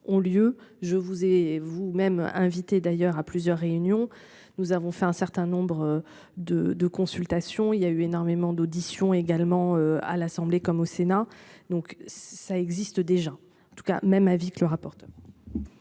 lieu je vous et, vous-même, invitée d'ailleurs à plusieurs réunions, nous avons fait un certain nombre de de consultations, il y a eu énormément d'audition également à l'Assemblée comme au Sénat. Donc ça existe déjà. En tout cas même avis que le rapporteur.